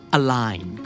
align